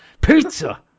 Pizza